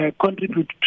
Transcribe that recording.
contribute